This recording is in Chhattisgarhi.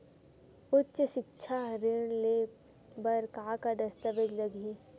उच्च सिक्छा ऋण ले बर का का दस्तावेज लगही?